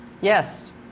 Yes